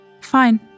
Fine